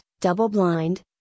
double-blind